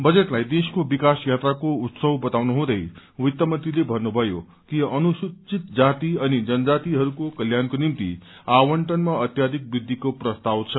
बजेटलाई देशको विकास यात्राको उत्सव बताउनु हुँदै वित्तमन्त्रीले भन्नुभयो कि अनुसूचित जाति अनि जनजातिहरूको कल्याणको निम्ति आवण्टनमा अत्याधिक व्रद्धिको प्रस्ताव छ